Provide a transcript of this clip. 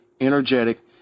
energetic